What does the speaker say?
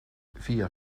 via